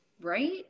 Right